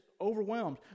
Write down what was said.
overwhelmed